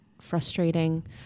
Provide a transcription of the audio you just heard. frustrating